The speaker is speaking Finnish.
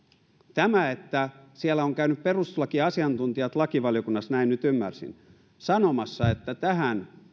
tämä että lakivaliokunnassa ovat käyneet perustuslakiasiantuntijat näin nyt ymmärsin sanomassa että tähän